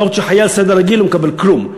בעוד שחייל סדיר רגיל לא מקבל כלום,